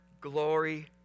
glory